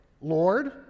Lord